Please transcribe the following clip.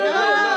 לא.